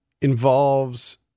involves